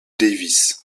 davis